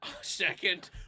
Second